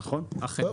נכון, אכן.